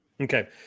Okay